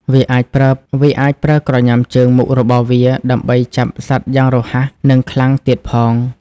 វាអាចប្រើក្រញាំជើងមុខរបស់វា ដើម្បីចាប់សត្វយ៉ាងរហ័ស និងខ្លាំងទៀតផង។